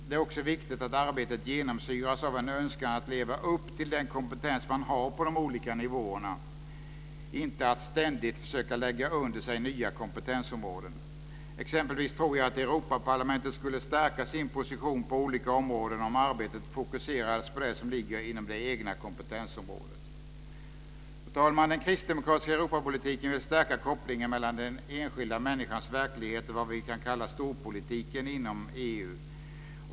Det är också viktigt att arbetet genomsyras av en önskan att leva upp till den kompetens man har på de olika nivåerna, inte att ständigt försöka lägga under sig nya kompetensområden. Exempelvis tror jag att Europaparlamentet skulle stärka sin position på olika områden om arbetet fokuserades på det som ligger inom det egna kompetensområdet. Fru talman! Den kristdemokratiska Europapolitiken vill stärka kopplingen mellan den enskilda människans verklighet och vad vi kan kalla storpolitiken inom EU.